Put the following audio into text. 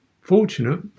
Fortunate